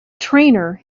trainer